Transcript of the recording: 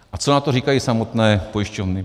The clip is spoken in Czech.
A co na to říkají samotné pojišťovny?